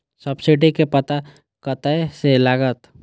Subsidy के पता कतय से लागत?